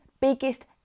biggest